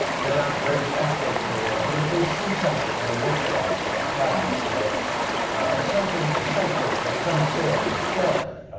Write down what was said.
they're not the greatest experts in the world. but if they see something in a workshop or, or something. a showcase of some sort. a play.